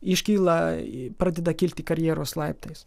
iškyla į pradeda kilti karjeros laiptais